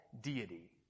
deity